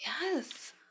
Yes